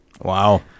Wow